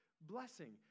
blessing